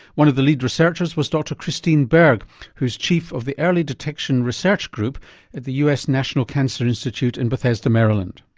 one of the lead researchers was doctor christine berg who's chief of the early detection research group at the us national cancer institute in bethesda maryland.